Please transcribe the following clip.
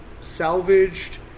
salvaged